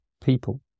people